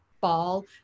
Ball